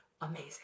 amazing